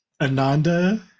Ananda